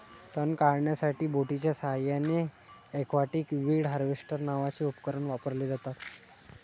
तण काढण्यासाठी बोटीच्या साहाय्याने एक्वाटिक वीड हार्वेस्टर नावाचे उपकरण वापरले जाते